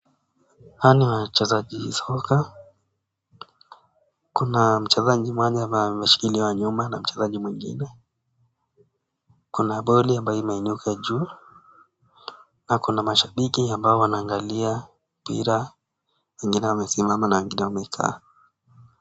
Hawa ni wachezaji soka. Kuna mchezaji moja ambaye ameshikilia nyuma na mchezaji mwingine. Kuna boli ambayo imenyooka juu na kuna mashabiki ambao wanaangalia mpira, wengine wamesimama na wengine wamekaa.